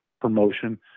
promotion